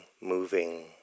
moving